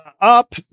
up